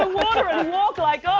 ah water and walk like us.